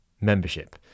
membership